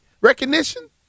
recognition